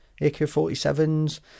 ak-47s